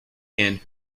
and